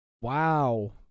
Wow